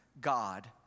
God